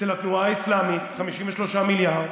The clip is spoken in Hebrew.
אצל התנועה האסלאמית, 53 מיליארד,